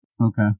Okay